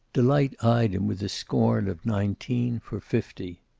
delight eyed him with the scorn of nineteen for fifty.